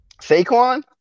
Saquon